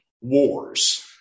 Wars